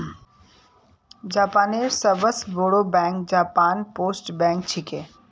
जापानेर सबस बोरो बैंक जापान पोस्ट बैंक छिके